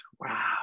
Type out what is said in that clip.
Wow